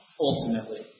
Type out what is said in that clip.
ultimately